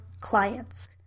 clients